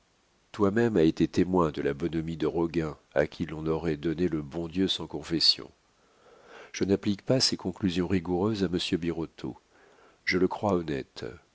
toi-même as été témoin de la bonhomie de roguin à qui l'on aurait donné le bon dieu sans confession je n'applique pas ces conclusions rigoureuses à monsieur birotteau je le crois honnête